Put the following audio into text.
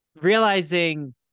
realizing